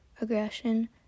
aggression